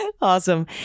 Awesome